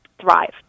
thrive